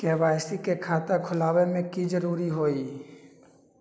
KYC के खाता खुलवा में की जरूरी होई?